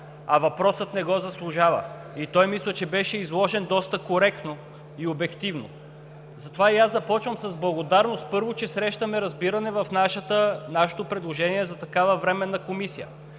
а въпросът не го заслужава. Той, мисля, че беше изложен доста коректно и обективно. Затова и аз започвам с благодарност, първо, че срещаме разбиране в нашето предложение за такава временна комисия.